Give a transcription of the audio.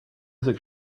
music